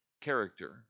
character